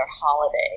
holiday